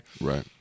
Right